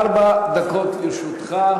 ארבע דקות לרשותך.